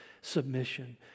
submission